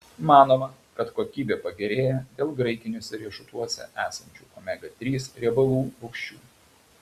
manoma kad kokybė pagerėja dėl graikiniuose riešutuose esančių omega trys riebalų rūgščių